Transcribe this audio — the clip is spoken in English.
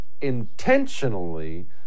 intentionally